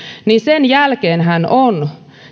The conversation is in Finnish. sen jälkeenhän on